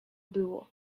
było